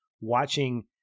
watching